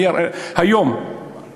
היום,